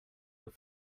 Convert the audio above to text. your